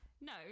No